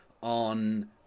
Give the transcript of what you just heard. on